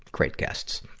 great guests.